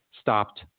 stopped